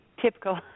typical